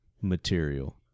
material